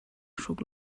hruk